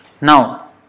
Now